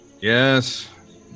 Yes